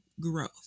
growth